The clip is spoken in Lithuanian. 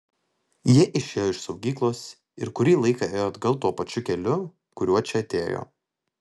jie išėjo iš saugyklos ir kurį laiką ėjo atgal tuo pačiu keliu kuriuo čia atėjo